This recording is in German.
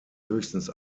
höchstens